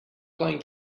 playing